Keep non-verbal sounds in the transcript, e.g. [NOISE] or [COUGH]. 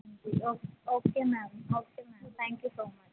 [UNINTELLIGIBLE] O okay ma'am okay ma'am thank you so much